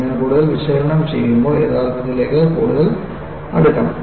ഞാൻ കൂടുതൽ വിശകലനം ചെയ്യുമ്പോൾ യാഥാർത്ഥ്യത്തിലേക്ക് കൂടുതൽ അടുക്കണം